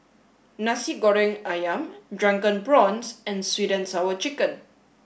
Nasi Goreng Ayam drunken prawns and sweet and sour chicken